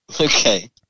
okay